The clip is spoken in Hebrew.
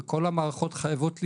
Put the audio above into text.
וכל המערכות חייבות להתגייס,